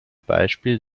beispiel